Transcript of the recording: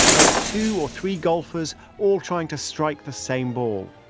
like two or three golfers all trying to strike the same ball.